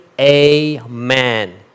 amen